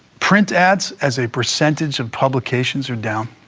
print ads as a percentage of publications are down.